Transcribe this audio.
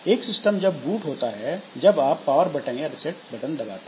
एक सिस्टम तब बूट होता है जब आप पावर बटन या रिसेट बटन दबाते हैं